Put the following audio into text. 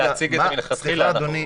סליחה, אדוני,